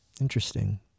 interesting